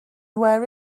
where